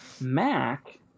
Mac